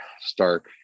stark